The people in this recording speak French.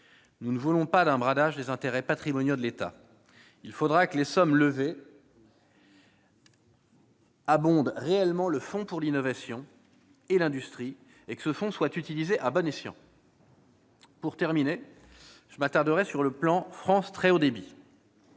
Nous ne voulons pas d'un bradage des intérêts patrimoniaux de l'État. Il faudra que les sommes levées abondent réellement le fonds pour l'innovation et l'industrie et que celui-ci soit utilisé à bon escient. Pour terminer, je m'attarderai sur le plan France Très haut débit.